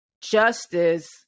justice